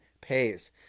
pays